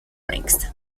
ranks